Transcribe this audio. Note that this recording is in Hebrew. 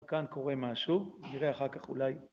כאן קורה משהו, נראה אחר כך אולי.